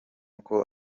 uko